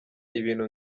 ibintu